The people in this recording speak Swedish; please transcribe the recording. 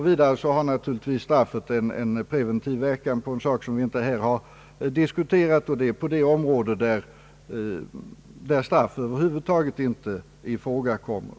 Vidare har naturligtvis skadeståndet en preventiv verkan i ett hänseende, som vi inte har diskuterat, nämligen på det område där straff över huvud taget inte ifrågakommer.